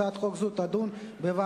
התקבלה.